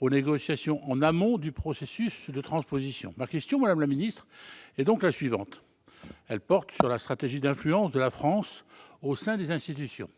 aux négociations en amont du processus de transposition. Ma question, madame la secrétaire d'État, porte sur la stratégie d'influence de la France au sein des institutions.